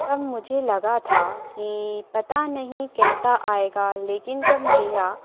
तब मुझे लगा था कि पता नहीं कैसा आएगा लेकिन जब मेरा